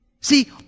See